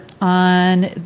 on